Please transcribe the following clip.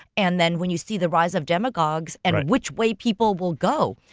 and then when you see the rise of demagogues and which way people will go.